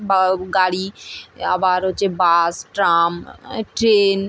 বা গাড়ি আবার হচ্ছে বাস ট্রাম ট্রেন